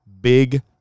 big